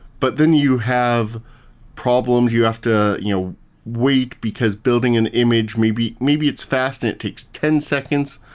but then you have problems. you have to you know wait, because building an image, maybe maybe it's fast and it takes ten seconds,